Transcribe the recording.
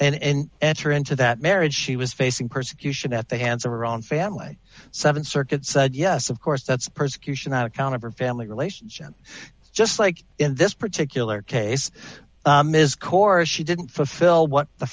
and enter into that marriage she was facing persecution at the hands of her own family seven circuits said yes of course that's persecution not account of her family relationship just like in this particular case ms cora she didn't fulfill what the